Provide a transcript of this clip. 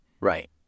Right